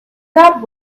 that